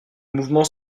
mouvement